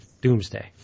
Doomsday